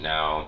Now